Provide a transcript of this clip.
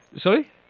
Sorry